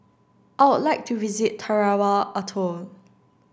I would like to visit Tarawa Atoll